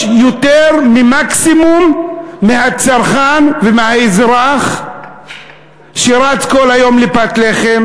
יותר ממקסימום מהצרכן ומהאזרח שרץ כל היום לפת לחם?